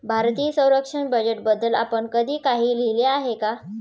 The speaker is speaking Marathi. भारतीय संरक्षण बजेटबद्दल आपण कधी काही लिहिले आहे का?